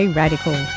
radical